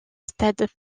stade